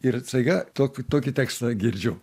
ir staiga to tokį tekstą girdžiu